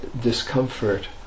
discomfort